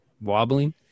wobbling